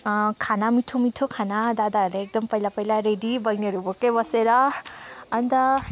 खाना मिठो मिठो खाना दादाहरूलाई एकदम पहिला पहिला रेडी बैनीहरू भोकै बसेर अन्त